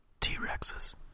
T-Rexes